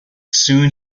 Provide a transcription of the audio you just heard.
soon